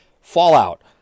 Fallout